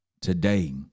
today